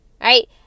right